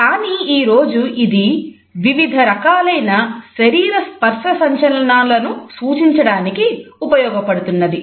కానీ ఈ రోజు ఇది వివిధ రకాలైన శరీర స్పర్శ సంచలనాలను సూచించడానికి ఉపయోగపడుతున్నది